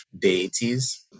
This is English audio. deities